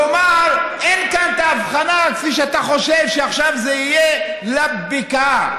כלומר אין כאן את ההבחנה כפי שאתה חושב שעכשיו זה יהיה לבקעה.